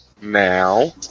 now